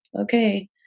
okay